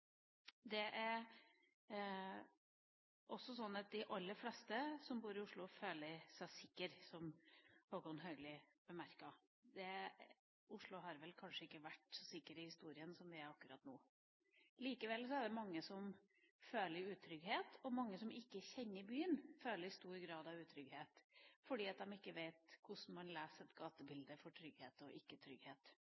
at de aller fleste som bor i Oslo, føler seg trygge, som Håkon Haugli bemerket. Oslo har vel opp gjennom historien aldri vært så trygg som den er akkurat nå. Likevel er det mange som føler utrygghet, og mange som ikke kjenner byen, føler en stor grad av utrygghet fordi man ikke vet hvordan man leser